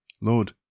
Lord